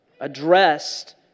addressed